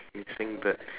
missing bird